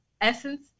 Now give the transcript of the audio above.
essence